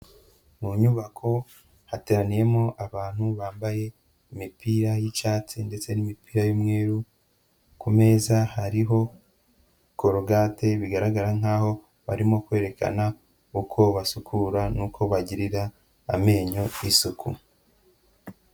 Mu nyubako hateraniyemo abantu bambaye imipira y'icyatsi ndetse n'imipira y'umweru, ku meza hariho korogate, bigaragara nk'aho barimo kwerekana uko basukura n'uko bagirira amenyo isuku.